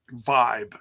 vibe